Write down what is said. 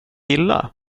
illa